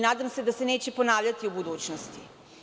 Nadam se da se neće ponavljati u budućnosti.